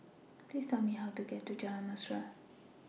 Please Tell Me How to get to Jalan Mesra